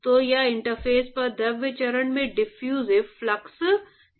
तो यह इंटरफ़ेस पर द्रव चरण में डिफ्यूजिव फ्लक्स है